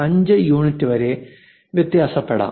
75 unit വരെ വ്യത്യാസപ്പെടാം